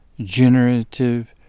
generative